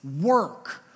work